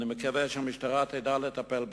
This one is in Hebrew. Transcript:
ואני מקווה שהמשטרה תדע לטפל בזה.